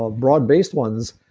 ah broad based ones,